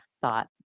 thought